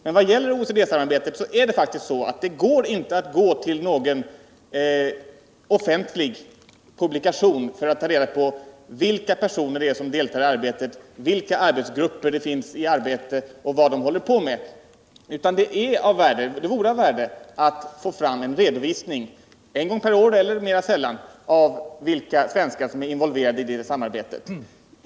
Men beträffande OECD är det faktiskt så att det inte är möjligt att gå till någon offentlig publikation för att ta reda på vilka personer det är som deltar i arbetet, vilka arbetsgrupper som finns i verksamhet och vad de håller på med. Det vore av värde att få fram en redovisning, en gång per år eller mera sällan, av vilka svenskar som är involverade i det samarbetet.